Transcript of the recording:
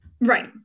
right